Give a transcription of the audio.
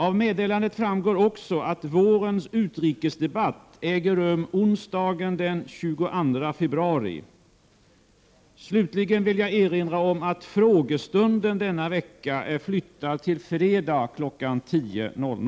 Av meddelandet framgår också att vårens utrikesdebatt äger rum onsdagen den 22 februari. Slutligen vill jag erinra om att frågestunden denna vecka är flyttad till fredag kl. 10.00.